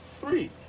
three